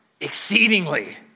exceedingly